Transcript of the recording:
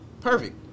Perfect